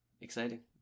Exciting